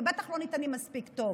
ובטח לא ניתנים מספיק טוב,